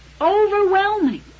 Overwhelming